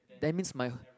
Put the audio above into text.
that means my